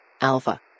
Alpha